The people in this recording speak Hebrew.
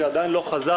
שיצא ועדין לא חזר,